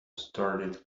started